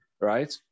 Right